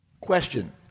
question